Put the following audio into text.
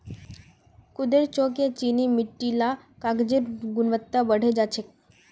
गूदेत चॉक या चीनी मिट्टी मिल ल कागजेर गुणवत्ता बढ़े जा छेक